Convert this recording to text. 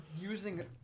using